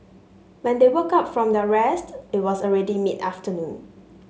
when they woke up from their rest it was already mid afternoon